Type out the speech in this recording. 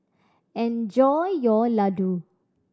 enjoy your Ladoo